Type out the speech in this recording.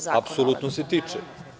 Zakona.) Apsolutno se tiče.